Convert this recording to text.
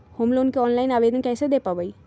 Home loan के ऑनलाइन आवेदन कैसे दें पवई?